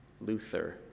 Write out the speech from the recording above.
Luther